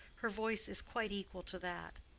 her voice is quite equal to that.